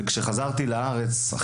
כשחזרתי לארץ,